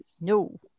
no